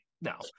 no